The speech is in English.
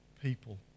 people